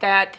that